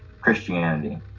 Christianity